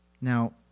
Now